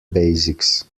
basics